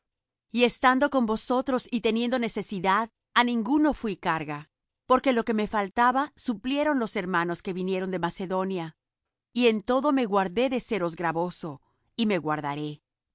y estando con vosotros y teniendo necesidad á ninguno fuí carga porque lo que me faltaba suplieron los hermanos que vinieron de macedonia y en todo me guardé de seros gravoso y me guardaré